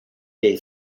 day